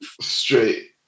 Straight